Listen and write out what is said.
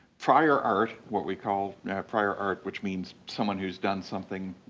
prior art, what we call prior art which means someone who's done something